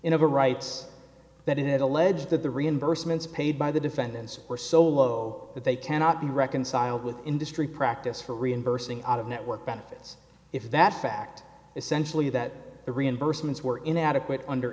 of a rights that it allege that the reimbursements paid by the defendants are so low that they cannot be reconciled with industry practice for reimbursing out of network benefits if that fact essentially that the reimbursements were inadequate under